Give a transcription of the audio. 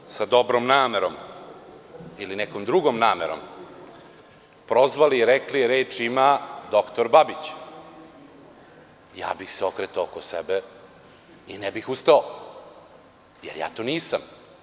Kada bi vi sa dobrom namerom ili nekom drugom namerom prozvali i rekli – reč ima doktor Babić, ja bih se okretao oko sebe i ne bih ustao, jer ja to nisam.